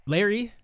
Larry